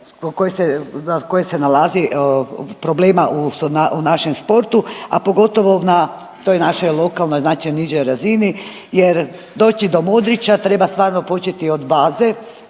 kojeg se nalazi problema u našem sportu, a pogotovo na toj našoj lokalnoj znači nižoj razini jer doći do Modrića treba stvarno početi od baze